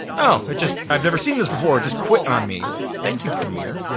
oh it just, i've never seen this before. it just quit on me. well thank you premiere.